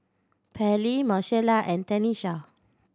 Pearley Marcella and Tenisha